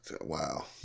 wow